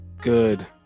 Good